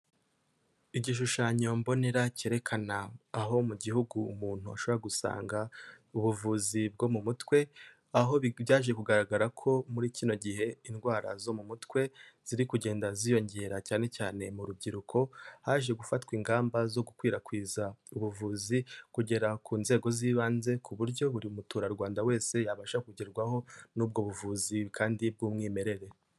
Igishushanyo mbonera cyerekana aho mu gihugu umuntu ashobora gusanga ubuvuzi bwo mu mutwe, aho byaje kugaragara ko muri kino gihe indwara zo mu mutwe ziri kugenda ziyongera cyane cyane mu rubyiruko, haje gufatwa ingamba zo gukwirakwiza ubuvuzi kugera ku nzego z'ibanze, ku buryo buri muturarwanda wese yabasha kugerwaho n'ubwo buvuzi kandi bw'umwimerere.